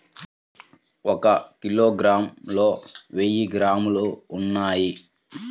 ఒక కిలోగ్రామ్ లో వెయ్యి గ్రాములు ఉన్నాయి